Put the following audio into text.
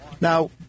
Now